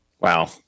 Wow